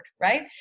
Right